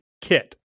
kit